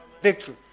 Victory